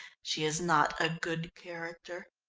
she is not a good character.